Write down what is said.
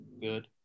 good